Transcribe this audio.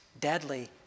deadly